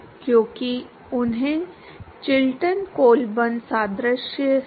तो पाठ्यक्रम के उद्देश्यों के लिए और अधिक दिलचस्प क्या है यह सैद्धांतिक दृष्टिकोण है